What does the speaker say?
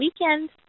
weekend